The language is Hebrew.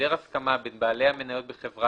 "(א1)בהיעדר הסכמה בין בעלי המניות בחברה